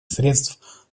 средств